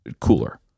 cooler